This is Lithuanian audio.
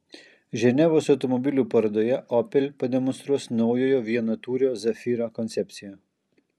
ženevos automobilių parodoje opel pademonstruos naujojo vienatūrio zafira koncepciją